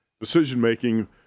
decision-making